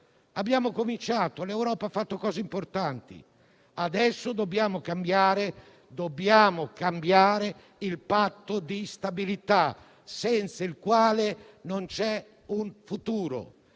Abbiamo cominciato, l'Europa ha fatto cose importanti; adesso dobbiamo cambiare il Patto di stabilità, senza il quale non c'è un futuro.